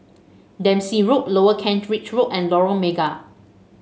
Dempsey Road Lower Kent Ridge Road and Lorong Mega